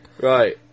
Right